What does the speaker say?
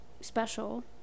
special